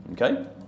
okay